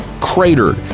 cratered